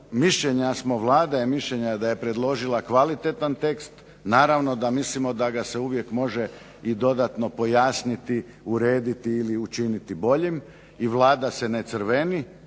mišljenja smo, Vlada je mišljenja da je predložila kvalitetan tekst, naravno da mislimo da ga se uvijek može i dodatno pojasniti, urediti ili učiniti boljim i Vlada se ne crveni